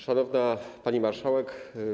Szanowna Pani Marszałek!